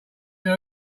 new